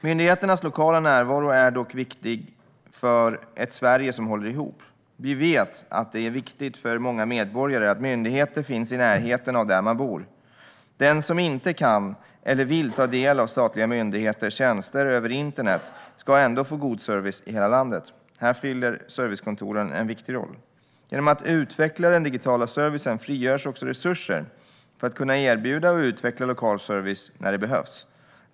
Myndigheternas lokala närvaro är dock viktig för ett Sverige som håller ihop. Vi vet att det är viktigt för många medborgare att myndigheter finns i närheten av där man bor. Den som inte kan eller vill ta del av statliga myndigheters tjänster över internet ska ändå få god service i hela landet. Här fyller servicekontoren en viktig roll. Genom att utveckla den digitala servicen frigörs också resurser för att kunna erbjuda och utveckla lokal service när det behövs.